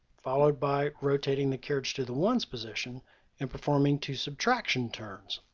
followed by rotating the carriage to the ones position and performing two subtraction turns.